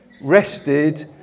rested